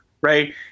Right